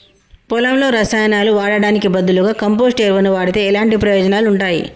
పొలంలో రసాయనాలు వాడటానికి బదులుగా కంపోస్ట్ ఎరువును వాడితే ఎలాంటి ప్రయోజనాలు ఉంటాయి?